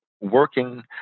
working